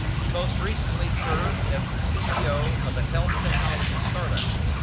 he most recently served as the ceo of a health technology startup.